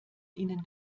ihnen